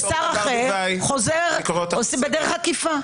ושר אחר חוזר בדרך עקיפה.